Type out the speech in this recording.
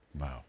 Wow